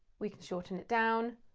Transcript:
we can shorten it down.